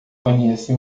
conhece